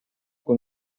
con